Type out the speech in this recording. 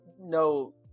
no